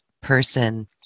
person